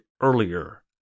earlier